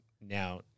now